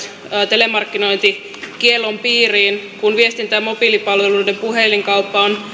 telemarkkinointikiellon piiriin kun viestintä ja mobiilipalveluiden puhelinkauppa on